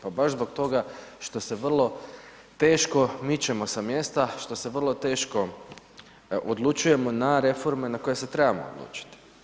Pa baš zbog toga što se vrlo teško mičemo sa mjesta što se vrlo teško odlučujemo na reforme na koje se trebamo odlučiti.